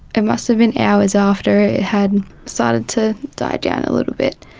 it must have been hours after it had started to die down a little bit.